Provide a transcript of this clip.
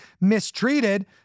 mistreated